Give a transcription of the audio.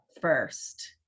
first